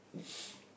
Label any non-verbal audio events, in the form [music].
[noise]